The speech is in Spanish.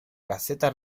caseta